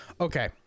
Okay